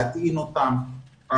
להטעין אותם.